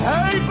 Hey